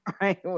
right